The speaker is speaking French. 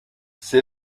c’est